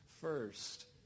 first